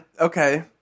okay